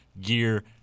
gear